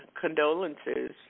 condolences